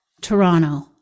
Toronto